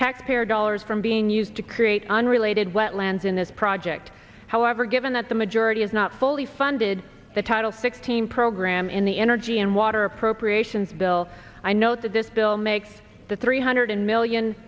taxpayer dollars from being used to create unrelated wetlands in this project however given that the majority is not fully funded the title sixteen program in the energy and water appropriations bill i note that this bill makes the three hundred million